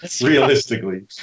realistically